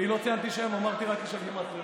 לא ציינתי שם, אמרתי רק איש הגימטריות.